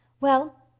Well